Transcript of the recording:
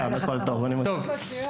אני מסכים עם